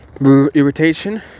Irritation